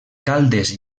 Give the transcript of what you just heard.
caldes